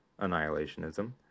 annihilationism